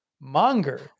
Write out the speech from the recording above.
monger